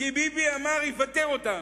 כי ביבי אמר שיפטר אותם,